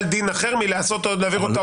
וזה לא יחסום בעל דין אחר מלהעביר את אותו מומחה